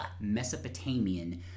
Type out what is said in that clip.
Mesopotamian